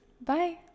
bye